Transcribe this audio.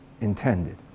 intended